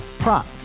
Prop